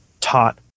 taught